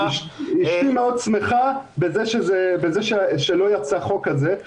אשתי שמחה מאוד על כך שלא יצא חוק כזה.